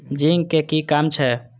Zinc के कि काम छै?